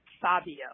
Fabio